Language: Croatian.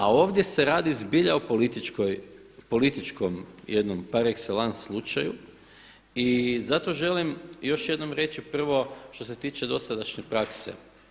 A ovdje se radi zbilja o političkom jednom par exelance slučaju i zato želim još jednom reći prvo što se tiče dosadašnje prakse.